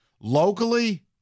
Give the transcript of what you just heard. Locally